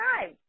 time